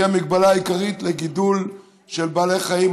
המגבלה העיקרית לגידול של בעלי חיים,